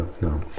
No